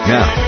Now